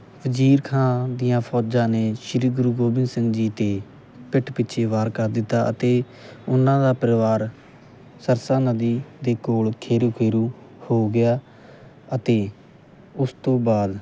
ਵਜੀਰ ਖਾਂ ਦੀਆਂ ਫੌਜਾਂ ਨੇ ਸ਼੍ਰੀ ਗੁਰੂ ਗੋਬਿੰਦ ਸਿੰਘ ਜੀ 'ਤੇ ਪਿੱਠ ਪਿੱਛੇ ਵਾਰ ਕਰ ਦਿੱਤਾ ਅਤੇ ਉਹਨਾਂ ਦਾ ਪਰਿਵਾਰ ਸਰਸਾ ਨਦੀ ਦੇ ਕੋਲ ਖੇਰੂੰ ਖੇਰੂੰ ਹੋ ਗਿਆ ਅਤੇ ਉਸ ਤੋਂ ਬਾਅਦ